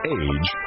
age